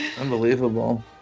Unbelievable